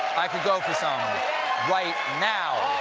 i could go for some right now!